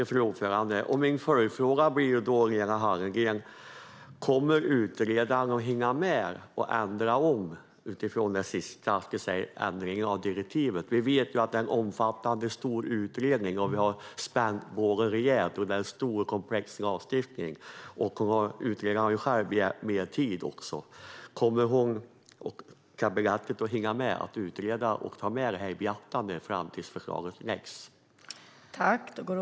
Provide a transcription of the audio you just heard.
Fru talman! Min följdfråga till Lena Hallengren blir då: Kommer utredaren att hinna med att ändra om utifrån den sista ändringen av direktiven? Vi vet ju att det är en omfattande och stor utredning. Vi har spänt bågen rejält. Det är en stor och komplex lagstiftning. Utredaren har också själv begärt mer tid. Kommer hon att hinna med att ta det här i beaktande innan förslaget ska läggas fram?